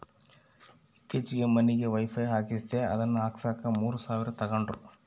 ಈತ್ತೀಚೆಗೆ ಮನಿಗೆ ವೈಫೈ ಹಾಕಿಸ್ದೆ ಅದನ್ನ ಹಾಕ್ಸಕ ಮೂರು ಸಾವಿರ ತಂಗಡ್ರು